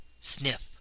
sniff